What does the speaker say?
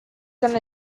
going